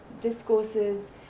discourses